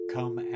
Come